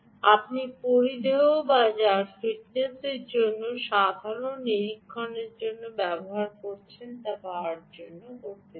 আপনি পরিধেয় যা আপনি ফিটনেস জন্য বা সাধারণ নিরীক্ষণের জন্য ব্যবহার করছেন তা পাওয়ার করতে চান